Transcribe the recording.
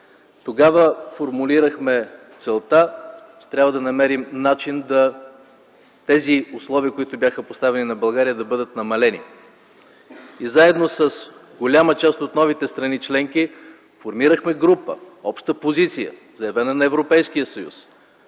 Тогава формулирахме целта, че трябва да намерим начин, тези условия, които бяха поставени на България, да бъдат намалени. Заедно с голяма част от новите страни членки формирахме група, обща позиция, заявена на Европейския съюз,